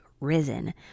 risen